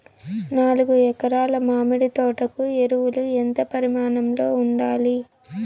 నాలుగు ఎకరా ల మామిడి తోట కు ఎరువులు ఎంత పరిమాణం లో ఉండాలి?